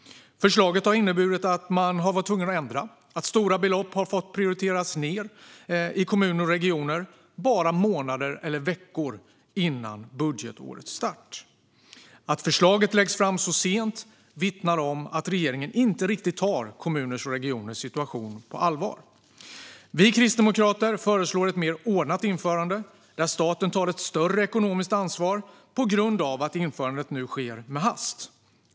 Förslaget har inneburit att man har varit tvungen att ändra. Stora belopp har fått prioriteras ned i kommuner och regioner bara månader eller veckor före budgetårets start. Att förslaget läggs fram så sent vittnar om att regeringen inte riktigt tar kommuners och regioners situation på allvar. Vi kristdemokrater föreslår ett mer ordnat införande, där staten tar ett större ekonomiskt ansvar på grund av att införandet nu sker i hast.